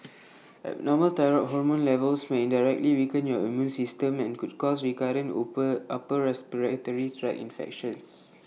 abnormal thyroid hormone levels may indirectly weaken your immune system and could cause recurrent open upper respiratory tract infections